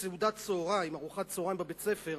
וסעודת צהריים, ארוחת צהריים בבית-הספר,